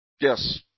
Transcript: yes